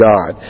God